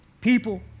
people